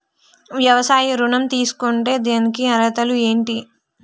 వ్యవసాయ ఋణం తీసుకుంటే దానికి అర్హతలు ఏంటి?